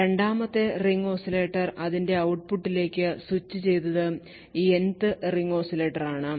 രണ്ടാമത്തെ ring oscillator അതിന്റെ ഔട്ട്പുട്ടിലേക്ക് സ്വിച്ച് ചെയ്തത് Nth റിംഗ് ഓസിലേറ്റർ ആണ്